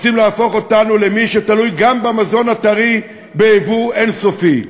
רוצים להפוך אותנו למי שתלוי גם במזון הטרי ביבוא אין-סופי.